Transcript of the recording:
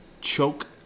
Choke